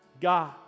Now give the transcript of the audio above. God